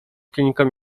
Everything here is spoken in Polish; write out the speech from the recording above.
kliniką